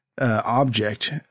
object